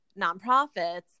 nonprofits